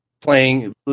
playing